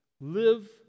live